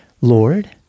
Lord